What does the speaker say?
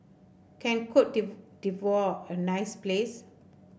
can Cote d'Ivoire a nice place